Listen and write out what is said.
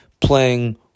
playing